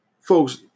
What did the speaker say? folks